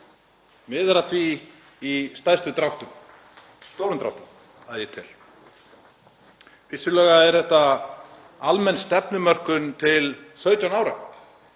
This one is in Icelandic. miðar að því í stórum dráttum, að ég tel. Vissulega er þetta almenn stefnumörkun til 17 ára.